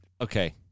okay